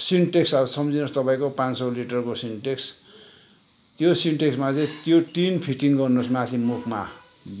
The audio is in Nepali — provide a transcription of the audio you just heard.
सिन्टेक्स अब सम्झिन्होस् तपाईँको पाँच सौ लिटरको सिन्टेक्स त्यो सिन्टेक्समा चाहिँ त्यो टिन फिटिङ गर्नुहोस् माथि मुखमा